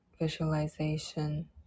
visualization